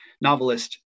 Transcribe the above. novelist